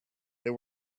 they